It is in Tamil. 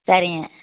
சரிங்க